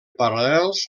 paral·lels